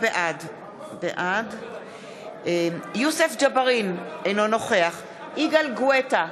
בעד יוסף ג'בארין, אינו נוכח יגאל גואטה,